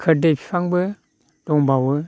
खोरदै बिफांबो दंबावो